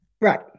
Right